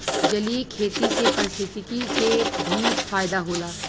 जलीय खेती से पारिस्थितिकी के भी फायदा होला